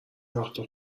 وقتها